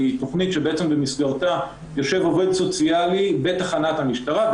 תכנית שבמסגרתה יושב עובד סוציאלי בתחנת משטרה,